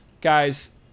Guys